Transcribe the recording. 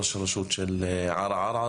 ראש הרשות של ערערה,